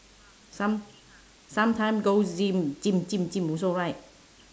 some sometime go gym gym gym gym also right